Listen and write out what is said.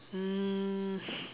mm